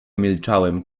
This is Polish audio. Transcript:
milczałem